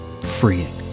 freeing